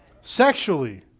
Sexually